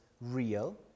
real